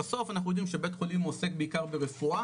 בסוף אנחנו יודעים שבית חולים הוא עוסק בעיקר ברפואה